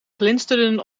glinsterden